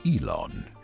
Elon